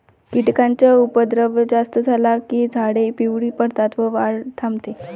कीटकांचा उपद्रव जास्त झाला की झाडे पिवळी पडतात व वाढ थांबते